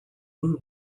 moon